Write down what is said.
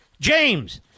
James